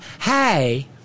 hey